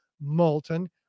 molten